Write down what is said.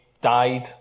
died